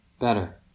better